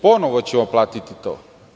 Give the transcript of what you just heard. Ponovo ćemo platiti to.